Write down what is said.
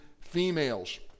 females